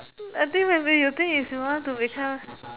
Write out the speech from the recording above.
I think maybe you think is you want to become